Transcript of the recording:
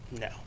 No